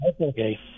Okay